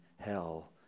hell